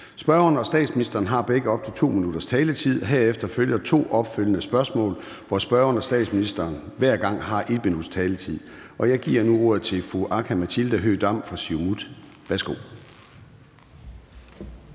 Spørgeren og statsministeren har begge op til 2 minutters taletid. Herefter følger to opfølgende spørgsmål, hvor spørgeren og statsministeren hver gang har 1 minuts taletid. Jeg giver nu ordet til fru Aki-Matilda Høegh-Dam fra Siumut. Værsgo.